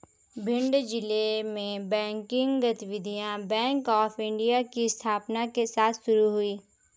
भिंड जिले में बैंकिंग गतिविधियां बैंक ऑफ़ इंडिया की स्थापना के साथ शुरू हुई